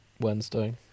Wednesday